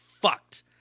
fucked